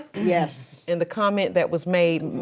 yes. and the comment that was made.